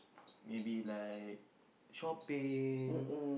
maybe like shopping